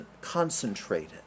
concentrated